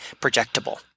projectable